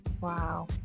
wow